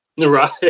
Right